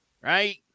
right